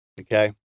Okay